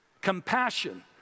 compassion